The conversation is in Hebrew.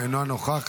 אינו נוכח,